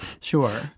Sure